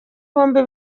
bombi